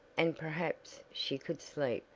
and perhaps she could sleep,